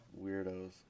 weirdos